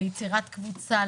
ליצירת קבוצה,